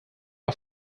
are